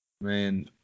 man